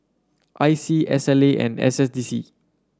I C S and S S D C